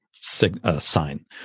sign